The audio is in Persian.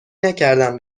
نکردم